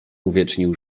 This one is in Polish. uwiecznił